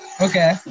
Okay